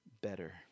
better